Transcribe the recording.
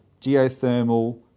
geothermal